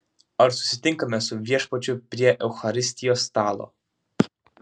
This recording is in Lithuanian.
ar susitinkame su viešpačiu prie eucharistijos stalo